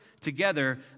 together